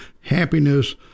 Happiness